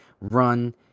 run